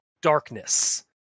darkness